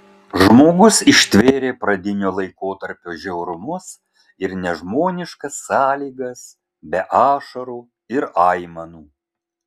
žmogus ištvėrė pradinio laikotarpio žiaurumus ir nežmoniškas sąlygas be ašarų ir aimanų